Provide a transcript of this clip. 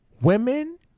women